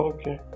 Okay